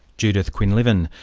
judith quinlivan,